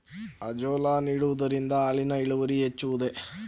Azolla ನೀಡುವುದರಿಂದ ಹಾಲಿನ ಇಳುವರಿ ಹೆಚ್ಚುವುದೇ?